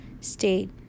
state